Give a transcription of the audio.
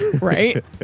Right